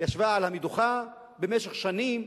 ישבה על המדוכה במשך שנים,